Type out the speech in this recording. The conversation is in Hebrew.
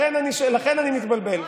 לכן אני מתבלבל,